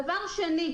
דבר שני,